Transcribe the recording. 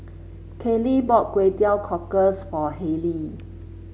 Kaylee bought Kway Teow Cockles for Harley